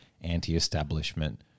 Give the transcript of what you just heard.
anti-establishment